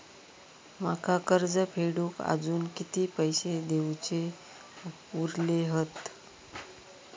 माका कर्ज फेडूक आजुन किती पैशे देऊचे उरले हत?